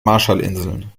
marshallinseln